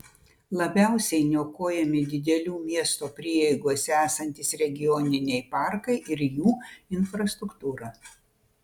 labiausiai niokojami didelių miesto prieigose esantys regioniniai parkai ir jų infrastruktūra